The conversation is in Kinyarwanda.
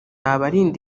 abarinda